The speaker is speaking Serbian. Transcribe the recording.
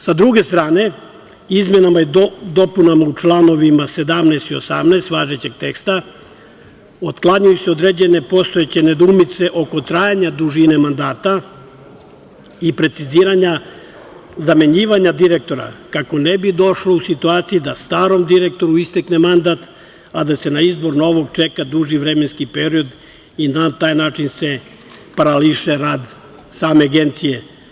Sa druge strane, izmenama i dopunama u članovima 17. i 18. važećeg teksta, otklanjaju se određene postojeće nedoumice oko trajanja dužine mandata i preciziranja zamenjivanja direktora, kako ne bi došlo u situaciju da starom direktoru istekne mandat, a da se na izbor novog čeka duži vremenski period i na taj način se parališe rad same Agencije.